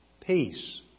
peace